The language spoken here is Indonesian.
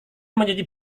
mencuci